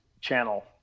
channel